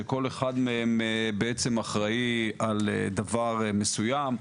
שכל אחד מהם בעצם אחראי על דבר מסוים,